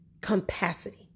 capacity